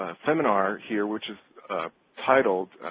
seminar here which is titled